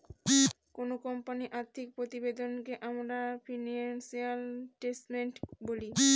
কোনো কোম্পানির আর্থিক প্রতিবেদনকে আমরা ফিনান্সিয়াল স্টেটমেন্ট বলি